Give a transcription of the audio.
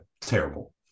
terrible